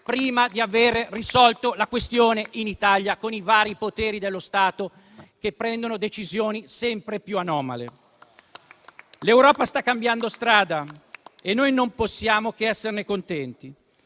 prima di aver risolto la questione in Italia, con i vari poteri dello Stato che prendono decisioni sempre più anomale. L'Europa sta cambiando strada e noi non possiamo che esserne contenti.